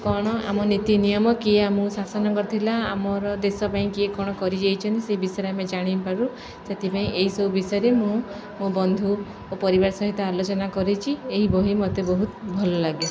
କ'ଣ ଆମ ନୀତି ନିିୟମ କିଏ ଆମ ଶାସନ କରିଥିଲା ଆମର ଦେଶ ପାଇଁ କିଏ କ'ଣ କରିଯାଇଛନ୍ତି ସେଇ ବିଷୟରେ ଆମେ ଜାଣିପାରୁ ସେଥିପାଇଁ ଏଇସବୁ ବିଷୟରେ ମୁଁ ମୋ ବନ୍ଧୁ ଓ ପରିବାର ସହିତ ଆଲୋଚନା କରିଛି ଏହି ବହି ମତେ ବହୁତ ଭଲ ଲାଗେ